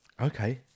Okay